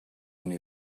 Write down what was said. new